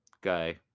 guy